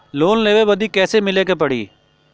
Loan लेवे बदी कैसे मिले के पड़ी?